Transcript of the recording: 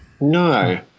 No